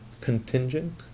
contingent